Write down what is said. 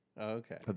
Okay